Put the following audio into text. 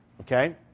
okay